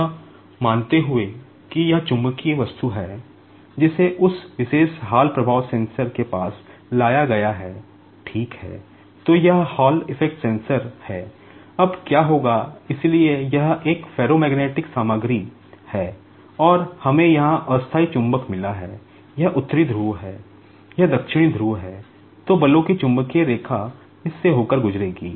यह मानते हुए कि यह चुंबकीय वस्तु है जिसे उस विशेष हॉल प्रभाव सेंसर से गुजरेंगी